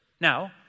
Now